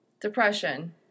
Depression